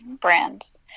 brands